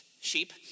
sheep